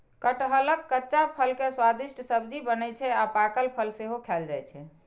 कटहलक कच्चा फल के स्वादिष्ट सब्जी बनै छै आ पाकल फल सेहो खायल जाइ छै